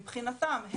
מבחינתם,